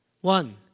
one